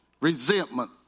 resentment